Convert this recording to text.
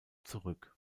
zurück